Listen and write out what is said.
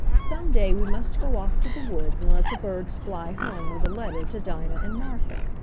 some day we must go off to the woods and let the birds fly home with a letter to dinah and martha.